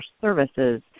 services